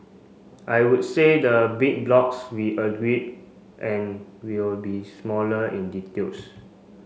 I would say the big blocks we agreed and we'll be smaller in details